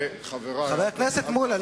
חבר הכנסת מולה,